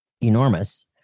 enormous